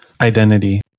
identity